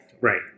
Right